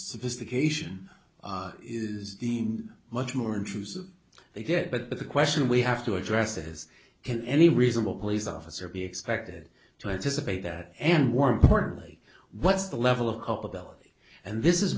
sophistication is deemed much more intrusive they did but the question we have to address is can any reasonable police officer be expected to anticipate that and war importantly what's the level of culpability and this is